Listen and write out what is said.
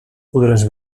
podràs